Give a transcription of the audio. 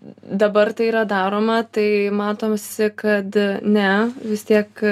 dabar tai yra daroma tai matosi kad ne vis tiek